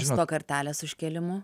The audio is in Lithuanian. su tuo kartelės užkėlimu